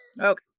Okay